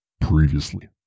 Previously